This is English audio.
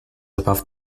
above